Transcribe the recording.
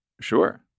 sure